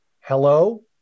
Hello